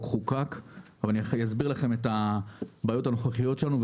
חוקק אבל אני אסביר לכם את הבעיות הנוכחיות שלנו,